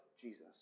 Jesus